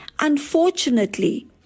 Unfortunately